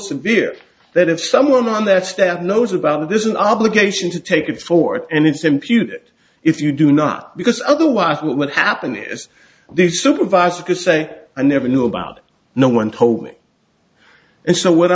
severe that if someone on that's that knows about it there's an obligation to take it forward and it's imputed if you do not because otherwise what would happen is the supervisor could say i never knew about no one told me and so what